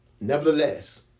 nevertheless